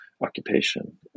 occupation